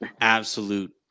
absolute